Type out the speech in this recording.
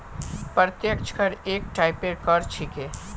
प्रत्यक्ष कर एक टाइपेर कर छिके